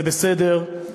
זה בסדר,